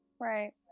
right